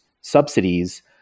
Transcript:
subsidies